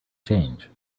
change